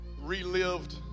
relived